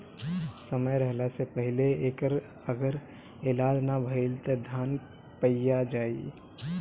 समय रहला से पहिले एकर अगर इलाज ना भईल त धान पइया जाई